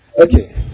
Okay